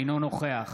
אינו נוכח